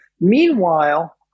Meanwhile